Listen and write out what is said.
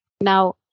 Now